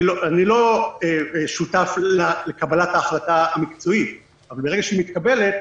אני לא שותף לקבלת ההחלטה המקצועית אבל ברגע שהיא מתקבלת,